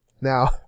Now